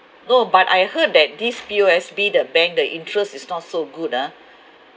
no but I heard that this P_O_S_B the bank the interest is not so good ah